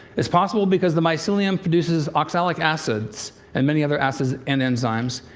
it's possible because the mycelium produces oxalic acids, and many other acids and enzymes,